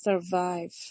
survive